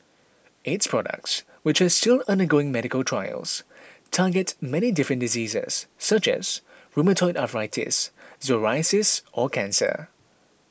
its products which are all still undergoing medical trials target many different diseases such as rheumatoid arthritis psoriasis or cancer